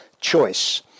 choice